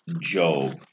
Job